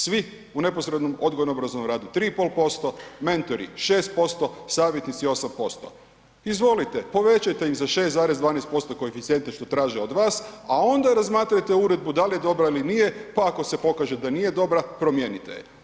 Svi u neposrednom odgojno-obrazovnom radu 3,5%, mentori 6%, savjetnici 8%. izvolite, povećajte im za 6,12% koeficijente što traže od vas a onda razmatrajte uredbu da li je dobra ili nije pa ako se pokaže da nije dobra, promijenite je.